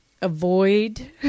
Avoid